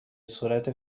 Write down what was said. صورت